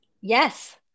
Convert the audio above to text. Yes